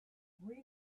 read